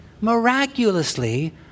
miraculously